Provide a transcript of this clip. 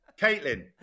Caitlin